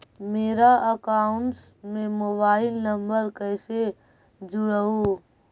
मेरा अकाउंटस में mobile number कैसे जुड़उ?